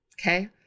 Okay